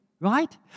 Right